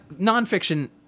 nonfiction